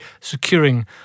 securing